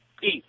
Peace